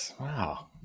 wow